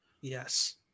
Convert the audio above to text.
Yes